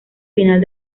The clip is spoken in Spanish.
final